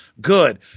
good